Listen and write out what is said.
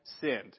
sinned